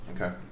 Okay